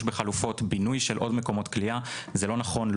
בחלופות בינוי של עוד מקומות כליאה לא נכון,